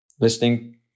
listening